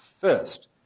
first